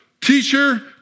Teacher